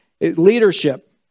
leadership